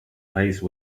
space